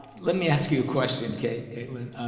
let me ask you a question, caitlyn.